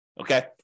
Okay